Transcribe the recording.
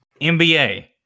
NBA